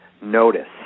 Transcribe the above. notice